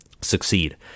succeed